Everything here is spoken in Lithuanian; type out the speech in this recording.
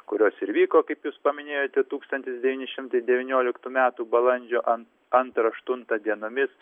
kurios ir vyko kaip jūs paminėjote tūkstantis devyni šimtai devynioliktų metų balandžio antrą aštuntą dienomis